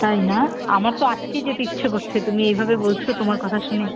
তাই না আমার তো আজকেই যেতে ইচ্ছে করছে তুমি এইভাবে বলছো তোমার কথা শুনে